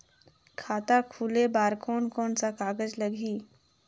खाता खुले बार कोन कोन सा कागज़ लगही?